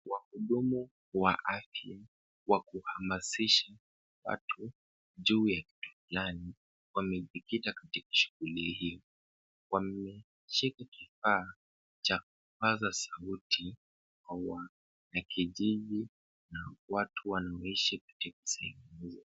Wahudumu wa afya wa kuhamasisha watu juu ya kitu fulani wamejikita katika shughuli hii. Wameshika kifaa cha kupaza sauti cha kijivu na watu wanaishi katika sehemu ile.